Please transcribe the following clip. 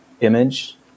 image